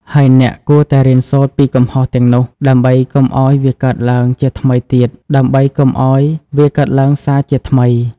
ហើយអ្នកគួរតែរៀនសូត្រពីកំហុសទាំងនោះ ដើម្បីកុំឱ្យវាកើតឡើងសាជាថ្មី។